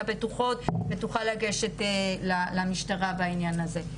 בטוחות ותוכלנה לגשת למשטרה בעניין הזה,